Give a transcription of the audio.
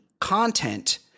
content